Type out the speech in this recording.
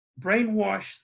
brainwashed